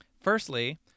Firstly